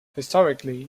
historically